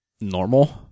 normal